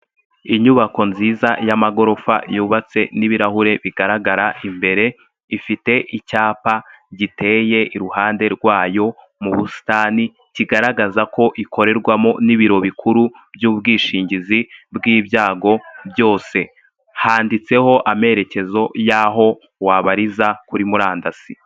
Inyubako nziza y'amagorofa yubatse n'ibirahure bigaragara imbere. Ifite icyapa giteye iruhande rwayo mu busitani kigaragaza ko ikorerwamo n'ibiro bikuru by'ubwishingizi bw'ibyago byose. Handitseho amerekezo y'aho wabariza kuri murandasi.